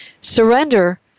Surrender